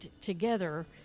together